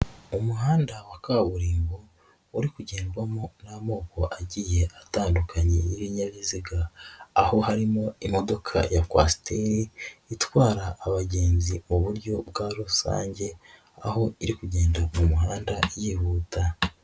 Umuhanda wa kaburimbo uri kugendwamo n'amoko agiye atandukanye y'ibinyabiziga aho harimo imodoka ya kwasiteri itwara abagenzi mu buryo bwa rusange aho iri kugenda mu muhanda yihuta.